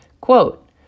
Quote